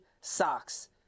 Socks